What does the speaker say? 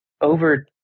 over